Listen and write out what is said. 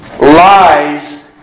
Lies